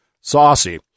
saucy